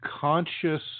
conscious